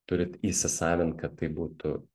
turit įsisavint kad tai būtų